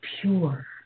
pure